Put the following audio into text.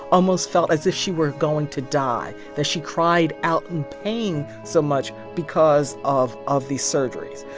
almost felt as if she were going to die, that she cried out in pain so much because of of these surgeries.